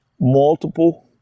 multiple